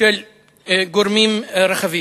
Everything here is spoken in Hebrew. של גורמים רחבים.